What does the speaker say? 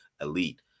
Elite